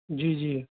जी जी